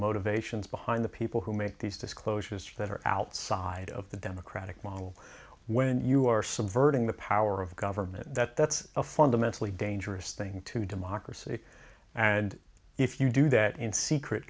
motivations behind the people who make these disclosures that are outside of the democratic model when you are subverting the power of government that that's a fundamentally dangerous thing to democracy and if you do that in secret